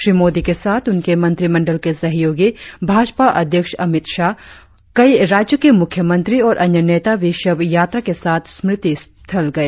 श्री मोदी के साथ उनके मंत्रिमंडल के सहयोगी भाजपा अध्यक्ष अमित शाह कई राज्यों के मुख्यमंत्री और अन्य नेता भी शव यात्रा के साथ स्मृति स्थल गए